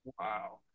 Wow